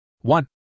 One